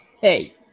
hey